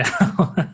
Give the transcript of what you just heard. now